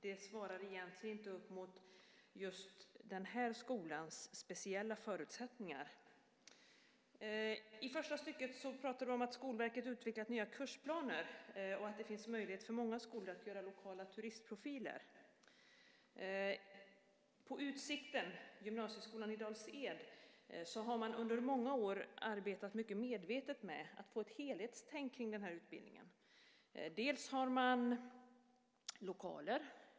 Det svarar egentligen inte upp mot just den här skolans speciella förutsättningar. I första stycket pratar du om att Skolverket utvecklat nya kursplaner och att det finns möjlighet för många skolor att utforma lokala turistprofiler. På Utsikten, gymnasieskolan i Dals Ed, har man under många år arbetat mycket medvetet med att få ett helhetstänk kring den här utbildningen. Man har lokaler.